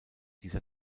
dieser